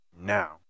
Now